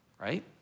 right